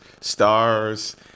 stars